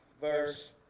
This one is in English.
verse